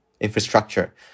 infrastructure